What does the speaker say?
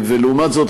ולעומת זאת,